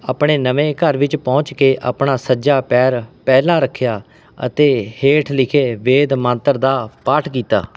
ਆਪਣੇ ਨਵੇਂ ਘਰ ਵਿਚ ਪਹੁੰਚ ਕੇ ਆਪਣਾ ਸੱਜਾ ਪੈਰ ਪਹਿਲਾਂ ਰੱਖਿਆ ਅਤੇ ਹੇਠ ਲਿਖੇ ਵੇਦ ਮੰਤਰ ਦਾ ਪਾਠ ਕੀਤਾ